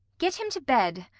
get him to bed,